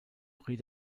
prix